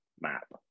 map